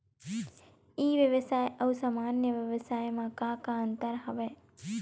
ई व्यवसाय आऊ सामान्य व्यवसाय म का का अंतर हवय?